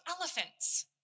elephants